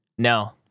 no